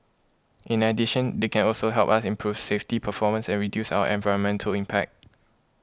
in addition they can also help us improve safety performance and reduce our environmental impact